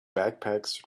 backpacks